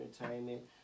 Entertainment